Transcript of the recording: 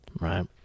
Right